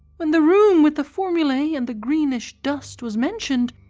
when the room with the formulae and the greenish dust was mentioned,